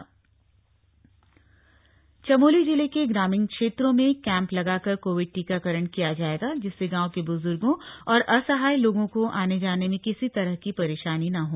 Chamoli covid बैठक चमोली जिले के ग्रामीण क्षेत्रों में कैंप लगाकर कोविड टीकाकरण किया जाएगा जिससे गांव के ब्ज्गों और असहाय लोगों को आने जाने में किसी तरह की परेशानी न हो